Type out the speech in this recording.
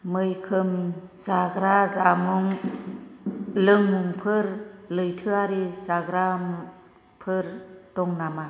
मैखोम जाग्रा जामुं लोंमुंफोर लैथोआरि जाग्राफोर दं नामा